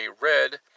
red